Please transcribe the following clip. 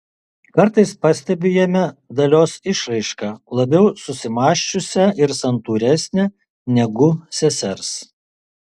kartais pastebiu jame dalios išraišką labiau susimąsčiusią ir santūresnę negu sesers